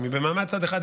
אם זה במעמד צד אחד,